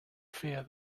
fear